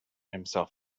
himself